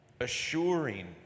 assuring